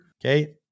Okay